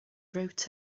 wrote